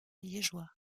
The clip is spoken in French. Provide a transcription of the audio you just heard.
liégeois